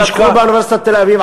לקחו באוניברסיטת תל-אביב,